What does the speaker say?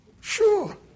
Sure